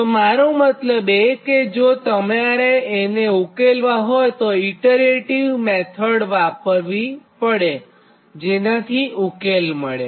તો મારો મતલબ કે જો તમારે તેને ઉકેલવા હોય તો ઇટરેટીવ રીત વાપરવી પડેઆ એ રીત છેજેનાથી ઉકેલ મળે